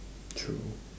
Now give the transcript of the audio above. true